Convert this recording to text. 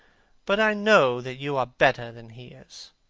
but i know that you are better than he is.